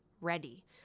ready